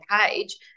page